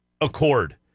accord